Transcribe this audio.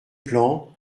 plan